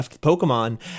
Pokemon